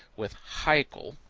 with haeckel,